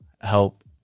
help